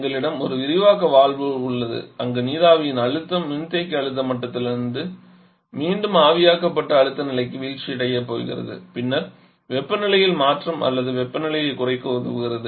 எங்களிடம் ஒரு விரிவாக்க வால்வு உள்ளது அங்கு நீராவியின் அழுத்தம் மின்தேக்கி அழுத்த மட்டத்திலிருந்து மீண்டும் ஆவியாக்கப்பட்ட அழுத்த நிலைக்கு வீழ்ச்சியடையப் போகிறது பின்னர் வெப்பநிலையில் மாற்றம் அல்லது வெப்பநிலையைக் குறைக்க உதவுகிறது